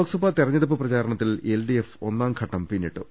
ലോക്സഭാ തെരഞ്ഞെടുപ്പ് പ്രചാരണത്തിൽ എൽഡിഎഫ് ഒന്നാംഘട്ടം പിന്നിട്ടു